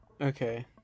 Okay